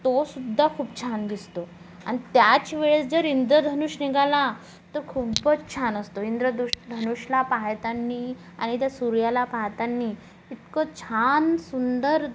तोसुद्धा खूप छान दिसतो अन् त्याचवेळेस जर इंद्रधनुष्य निघालं तर खूपच छान असतो इंद्रदूष धनुषला पाहताना आणि त्या सूर्याला पाहताना इतकं छान सुंदर